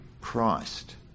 Christ